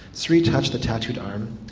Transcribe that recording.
sri touched the tattooed arm.